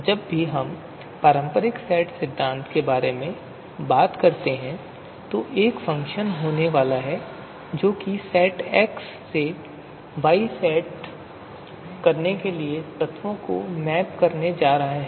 जब भी हम पारंपरिक सेट सिद्धांत के बारे में बात करते हैं तो एक फ़ंक्शन होने वाला होता है जो सेट एक्स से वाई सेट करने के लिए तत्वों को मैप करने जा रहा है